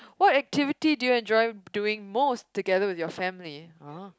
what activity do you enjoy doing most together with your family !huh!